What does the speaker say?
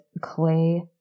Clay